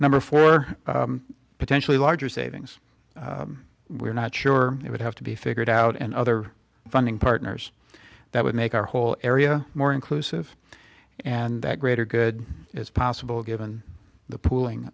number for potentially larger savings we're not sure it would have to be figured out and other funding partners that would make our whole area more inclusive and that greater good is possible given the pooling